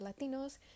Latinos